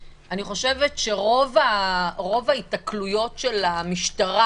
אני חושבת שרוב ההיתקלויות של המשטרה